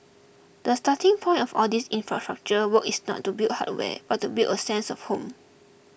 the starting point of all these infrastructure work is not to build hardware but to build a sense of home